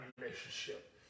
relationship